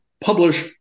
publish